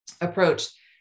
approach